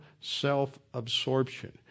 self-absorption